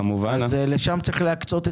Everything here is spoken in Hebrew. לא, שאלו שאלה אחרת.